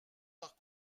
par